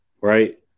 right